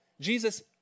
Jesus